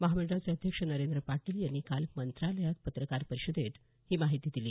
महामंडळाचे अध्यक्ष नरेंद्र पाटील यांनी काल मंत्रालयात पत्रकार परिषदेत ही माहिती दिली